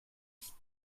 ist